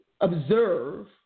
observe